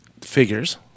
Figures